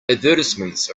advertisements